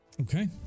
okay